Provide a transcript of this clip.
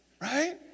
right